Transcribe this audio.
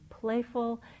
playful